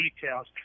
details